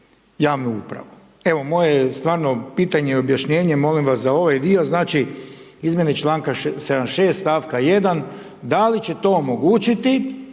javnu upravu. Evo moje je stvarno pitanje i objašnjenje, molim vas za ovaj dio, znači izmjene članka 76. stavka 1. da li će to omogućiti